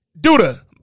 duda